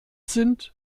sind